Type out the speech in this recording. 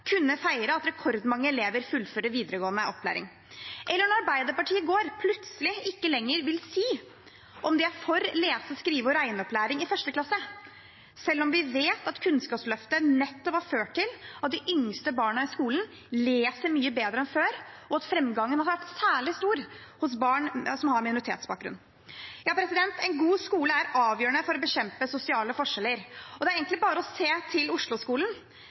kunne feire at rekordmange elever fullfører videregående opplæring når Arbeiderpartiet i går plutselig ikke lenger vil si om de er for lese-, skrive- og regneopplæring i 1. klasse, selv om vi vet at Kunnskapsløftet nettopp har ført til at de yngste barna i skolen leser mye bedre enn før, og at framgangen har vært særlig stor hos barn som har minoritetsbakgrunn En god skole er avgjørende for å bekjempe sosiale forskjeller. Det er egentlig bare å se til Osloskolen.